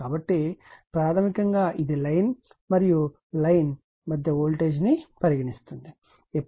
కాబట్టి ప్రాథమికంగా ఇది లైన్ మరియు లైన్ మధ్య వోల్టేజ్ను పరిగణిస్తుంది